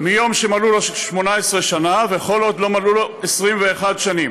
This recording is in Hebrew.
מיום שמלאו לו 18 שנה וכל עוד לא מלאו לו 21 שנים,